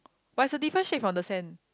but is a different shade on the sand